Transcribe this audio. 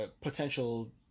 potential